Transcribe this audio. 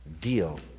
deal